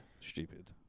stupid